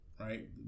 Right